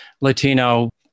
Latino